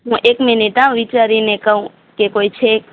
હું એક મિનિટ હા વિચારીને કહું કે કોઈ છે